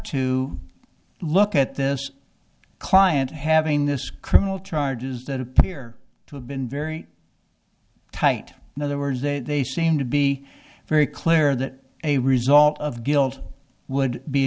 to look at this client having this criminal charges that appear to have been very tight in other words they seem to be very clear that a result of guilt would be